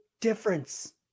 difference